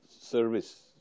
service